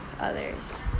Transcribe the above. others